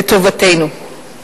לטובתנו.